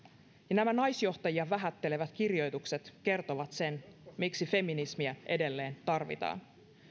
nämä naisjohtajia vähättelevät kirjoitukset kertovat sen miksi feminismiä edelleen tarvitaan